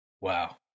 wow